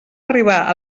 arribar